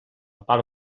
part